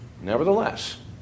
Nevertheless